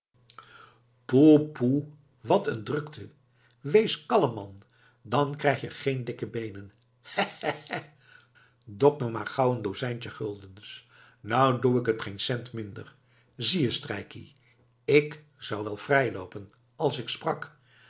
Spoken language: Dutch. wat een drukte wees kalm man dan krijg je geen dikke beenen hè hè hè dok nou maar gauw een dozijntje guldens nou doe ik t geen cent minder zie je strijkkie ik zou wel vrijloopen als ik sprak